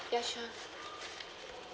ya sure